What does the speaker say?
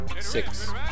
Six